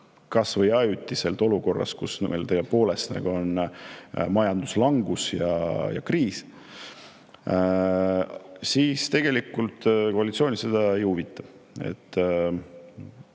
kas või ajutiselt olukorras, kus meil on majanduslangus ja kriis, siis tegelikult koalitsiooni see ei huvita: te